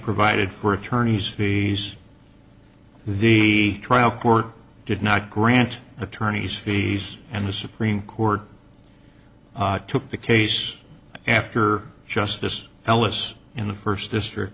provided for attorney's fees the trial court did not grant attorney's fees and the supreme court took the case after justice ellis in the first district